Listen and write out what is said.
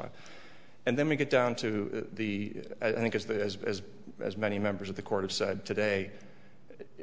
s and then we get down to the i think is that as as as many members of the court of said today